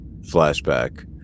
flashback